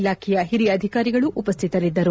ಇಲಾಖೆ ಹಿರಿಯ ಅಧಿಕಾರಿಗಳು ಉಪಸ್ಥಿತರಿದ್ದರು